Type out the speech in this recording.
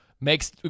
makes